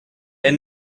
est